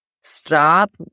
Stop